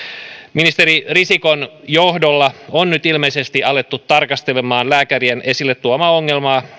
ministeri risikon johdolla on nyt ilmeisesti alettu tarkastelemaan lääkärien esille tuomaa ongelmaa